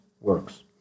works